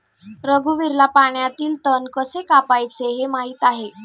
रघुवीरला पाण्यातील तण कसे कापायचे हे माहित आहे